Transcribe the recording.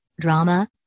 Drama